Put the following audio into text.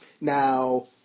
Now